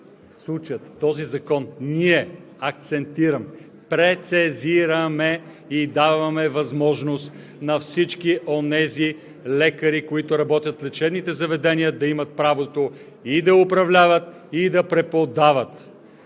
случая с този закон ние акцентираме, прецизираме и даваме възможност на всички онези лекари, които работят в лечебните заведения, да имат правото и да управляват и да преподават.